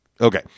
Okay